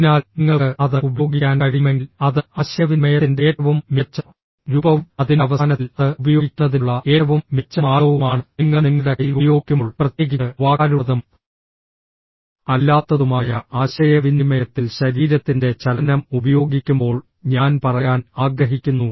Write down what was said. അതിനാൽ നിങ്ങൾക്ക് അത് ഉപയോഗിക്കാൻ കഴിയുമെങ്കിൽ അത് ആശയവിനിമയത്തിന്റെ ഏറ്റവും മികച്ച രൂപവും അതിന്റെ അവസാനത്തിൽ അത് ഉപയോഗിക്കുന്നതിനുള്ള ഏറ്റവും മികച്ച മാർഗ്ഗവുമാണ് നിങ്ങൾ നിങ്ങളുടെ കൈ ഉപയോഗിക്കുമ്പോൾ പ്രത്യേകിച്ച് വാക്കാലുള്ളതും അല്ലാത്തതുമായ ആശയവിനിമയത്തിൽ ശരീരത്തിന്റെ ചലനം ഉപയോഗിക്കുമ്പോൾ ഞാൻ പറയാൻ ആഗ്രഹിക്കുന്നു